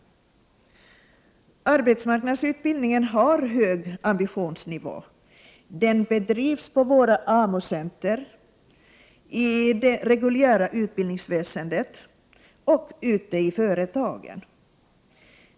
Arbetsmarknadsutbildningen har hög ambitionsnivå. Den bedrivs på våra AMU-centra, i det reguljära utbildningsväsendet och ute i företagen.